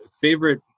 favorite